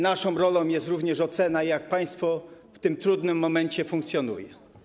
Naszą rolą jest również ocena, jak państwo w tym trudnym momencie funkcjonuje.